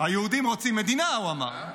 היהודים רוצים מדינה, הוא אמר.